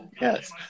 yes